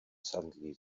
suddenly